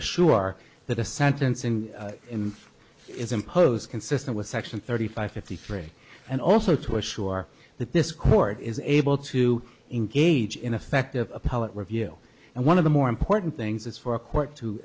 assure that the sentencing in is impose consistent with section thirty five fifty three and also to assure that this court is able to engage in effective appellate review and one of the more important things is for a court to